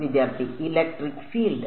വിദ്യാർത്ഥി electric field